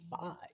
five